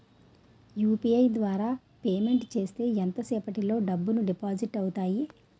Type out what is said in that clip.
UPI ద్వారా payment చేస్తే ఎంత సేపటిలో డబ్బులు డిపాజిట్ అవుతాయి?